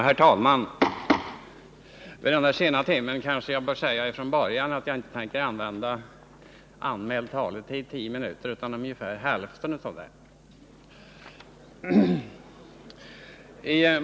Herr talman! Vid denna sena timme vill jag säga från början att jag inte tänkt använda anmäld talartid, 10 minuter, utan endast ungefär hälften.